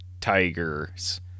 Tigers